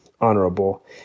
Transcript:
honorable